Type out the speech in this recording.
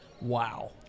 wow